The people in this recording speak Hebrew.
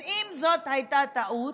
אז אם זאת הייתה טעות,